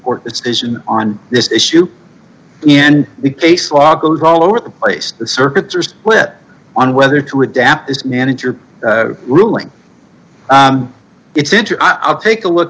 its decision on this issue and the case law goes all over the place the circuits are split on whether to redact is manager ruling it's into i'll take a look